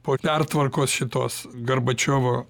po pertvarkos šitos garbačiovo